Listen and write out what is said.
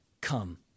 Come